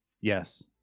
Yes